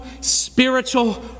spiritual